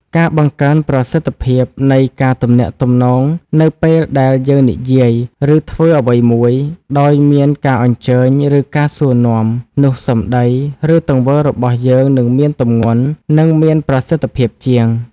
ការបង្កើនប្រសិទ្ធភាពនៃការទំនាក់ទំនងនៅពេលដែលយើងនិយាយ ឬធ្វើអ្វីមួយដោយមានការអញ្ជើញ ឬការសួរនាំ នោះសម្ដី ឬទង្វើរបស់យើងនឹងមានទម្ងន់ និងមានប្រសិទ្ធភាពជាង។